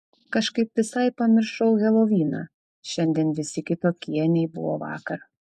kažkaip visai pamiršau heloviną šiandien visi kitokie nei buvo vakar